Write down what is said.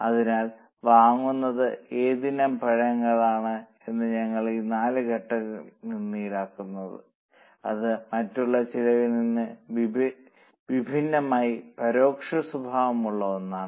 അതിനാൽ വാങ്ങുന്ന ഏതൊരു പഴത്തിനും ഞങ്ങൾ ഈ 4 ഘടകങ്ങളിൽ നിന്ന് ഈടാക്കുന്നു അത് മറ്റുള്ള ചെലവിൽ നിന്ന് വിഭിന്നമായി പരോക്ഷ സ്വഭാവമുള്ള ഒന്നാണ്